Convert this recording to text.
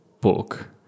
book